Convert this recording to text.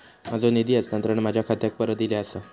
माझो निधी हस्तांतरण माझ्या खात्याक परत इले आसा